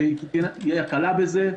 שתהיה הקלה בזה,